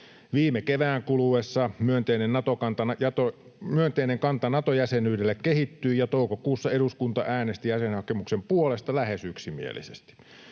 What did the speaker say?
Viime kevään kuluessa myönteinen kanta Nato-jäsenyydelle kehittyi, ja toukokuussa eduskunta äänesti jäsenhakemuksen puolesta lähes yksimielisesti.